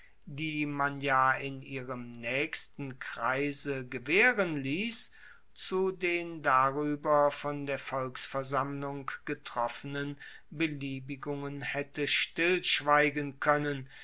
die man ja in ihrem naechsten kreise gewaehren liess zu den darueber von der volksversammlung getroffenen beliebungen haette stillschweigen koennen